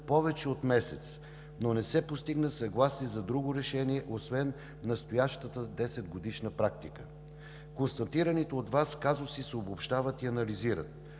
повече от месец, но не се постигна съгласие за друго решение освен настоящата 10-годишна практика. Констатираните от Вас казуси се обобщават и анализират.